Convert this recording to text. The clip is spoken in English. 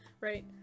right